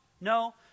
no